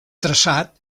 traçat